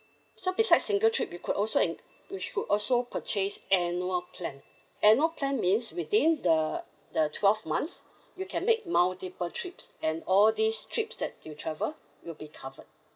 so besides single trip you could also en~ you could also purchase annual plan annual plan means within the the twelve months you can make multiple trips and all these trips that you travel will be covered